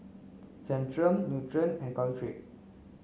Centrum Nutren and Caltrate